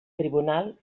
tribunal